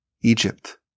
Egypt